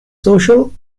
social